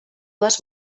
les